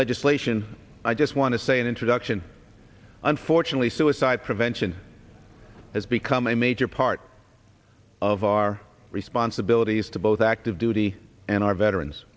legislation i just want to say in introduction unfortunately suicide prevention has become a major part of our responsibilities to both active duty and our veterans